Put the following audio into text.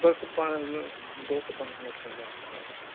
بس پانچ دو سے پانچ منٹ کے اندر میں کرا دوں گا